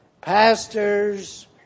pastors